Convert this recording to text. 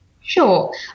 Sure